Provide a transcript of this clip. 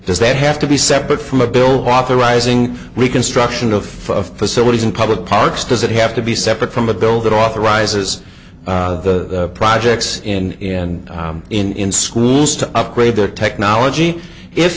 does that have to be separate from a bill authorizing reconstruction of facilities in public parks does it have to be separate from a bill that authorizes projects in and in schools to upgrade their technology if